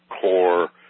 core